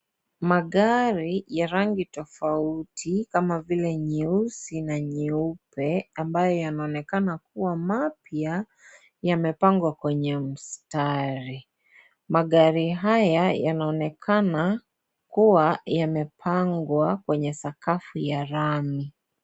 Magari ya rangi tofauti kama vile nyeusi na nyeupe ambayo yanaonekana kuwa mapya yamepangwa kwenye mstari, magari haya yanaonekana kuwa yamepangwa kwenye sakafu ya lami.